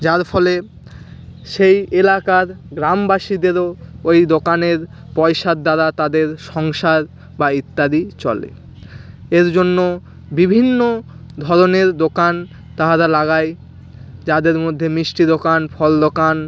যার ফলে সেই এলাকার গ্রামবাসীদেরও ওই দোকানের পয়সার দ্বারা তাদের সংসার বা ইত্যাদি চলে এর জন্য বিভিন্ন ধরনের দোকান তাহারা লাগায় যাদের মধ্যে মিষ্টির দোকান ফল দোকান